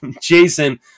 Jason